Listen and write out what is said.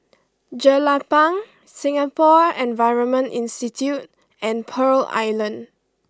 Jelapang Singapore Environment Institute and Pearl Island